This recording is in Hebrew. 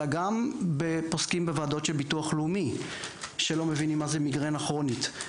אלא גם פוסקים בוועדות של ביטוח לאומי שלא מבינים מה זה מיגרנה כרונית.